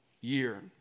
year